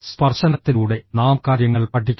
സ്പർശനത്തിലൂടെ നാം കാര്യങ്ങൾ പഠിക്കുന്നു